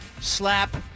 slap